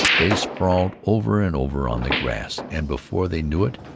they sprawled over and over on the grass, and, before they knew it,